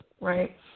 right